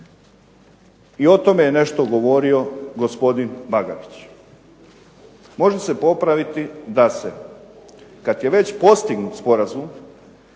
i o tome je nešto govorio gospodin Bagarić. Može se popraviti da se kad je već postignut sporazum